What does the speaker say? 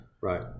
Right